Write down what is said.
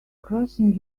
crossing